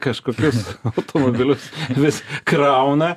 kažkokius automobilius vis krauna